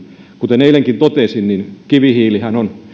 kuten eilenkin totesin kivihiilihän on